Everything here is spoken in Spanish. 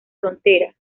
frontera